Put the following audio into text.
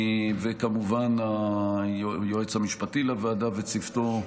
וכמובן ליועץ המשפטי לוועדה וצוותו.